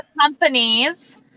companies